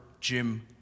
Jim